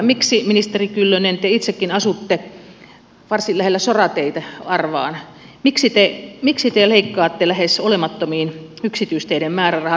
miksi ministeri kyllönen te itsekin asutte varsin lähellä sorateitä arvaan te leikkaatte lähes olemattomiin yksityisteiden määrärahat